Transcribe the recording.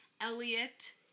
Elliot